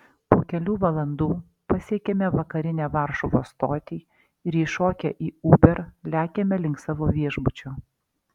po kelių valandų pasiekiame vakarinę varšuvos stotį ir įšokę į uber lekiame link savo viešbučio